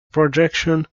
projection